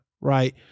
right